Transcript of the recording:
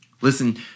Listen